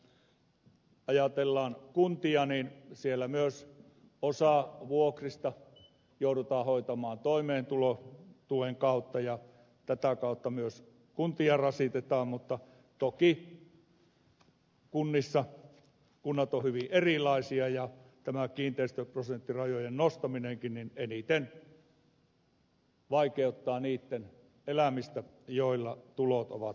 kun ajatellaan kuntia niin siellä myös osa vuokrista joudutaan hoitamaan toimeentulotuen kautta ja tätä kautta myös kuntia rasitetaan mutta toki kunnat ovat hyvin erilaisia ja tämä kiinteistöprosenttirajojen nostaminenkin eniten vaikeuttaa niitten elämistä joilla tulot ovat vähäiset